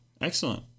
Excellent